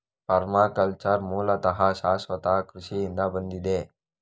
permaculture ಮೂಲತಃ ಶಾಶ್ವತ ಕೃಷಿಯಿಂದ ಬಂದಿದೆ